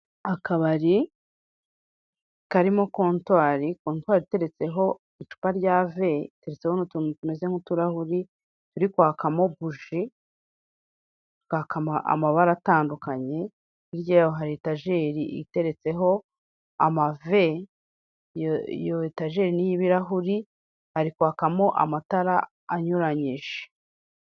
Akabari karimo kotwari, kontwaro iteretseho icupa rya ve, hateretseho n'utuntu tumeze nk'uturahuri turi kwakamo buji, tukaka amabara atandukanye, hirya yaho hari etajeri iteretseho amave, iyo etajeri ni iy'ibirahuri hari kwakamo amatara anyuranyije.